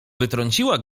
wytrąciła